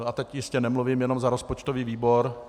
A teď jistě nemluvím jenom za rozpočtový výbor.